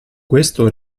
questo